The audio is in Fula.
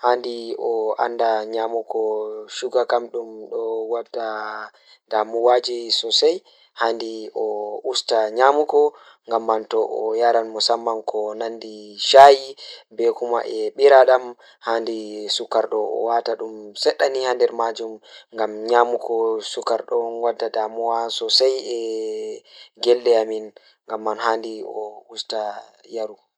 handi o anda nyamugo sugar kam dum don wadda damuwaaji So mbaɗɗo maa ena yiya yiɗde leeɓte carɓi ɗoo tiinde caɗeele, miɗo waɗtiraa Yo waɗtu faabde leeɓte ɗiɗi ngalɓi e ko duuɓi, ɗuum ena waɗti ngam yimre e ngollaare. Yo mbaɗɗo maa waɗtu waawiɗe leemunuɓe waɗete carɓi waɗto e ɓe, goonga ngam waɗude leeɓte tan carɓe ɓuri ngal e waawude faabde ɗuum ngal